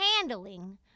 handling